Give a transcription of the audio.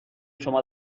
شما